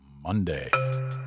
Monday